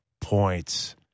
points